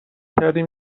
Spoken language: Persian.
کردیم